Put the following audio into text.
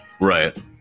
Right